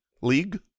league